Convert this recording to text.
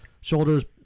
Shoulders